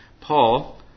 Paul